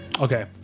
okay